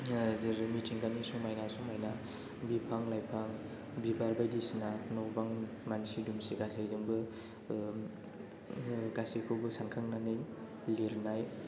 जेरै मिथिंगानि समायना समायना बिफां लाइफां बिबार बायदिसिना न' बां मानसि दुमसि गासैजोंबो गासैखौबो सानखांनानै लिरनाय